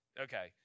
Okay